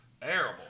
Terrible